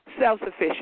self-sufficient